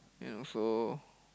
then also